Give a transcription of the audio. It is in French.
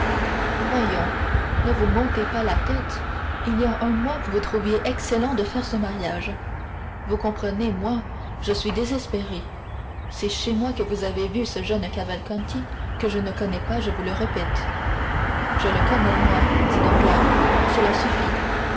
voyons ne vous montez pas la tête il y a un mois vous trouviez excellent de faire ce mariage vous comprenez moi je suis désespéré c'est chez moi que vous avez vu ce jeune cavalcanti que je ne connais pas je vous le répète je le connais moi dit danglars cela suffit